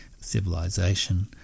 Civilization